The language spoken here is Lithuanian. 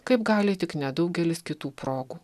kaip gali tik nedaugelis kitų progų